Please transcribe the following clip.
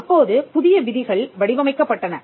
அப்போது புதிய விதிகள் வடிவமைக்கப்பட்டன